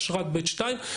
אשרת ב/2.